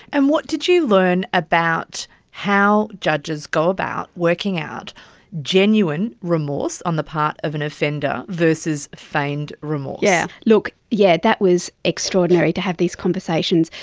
and what did you learn about how judges go about working out genuine remorse on the part of an offender versus feigned remorse? yeah yes, that was extraordinary, to have these conversations.